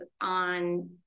on